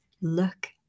Look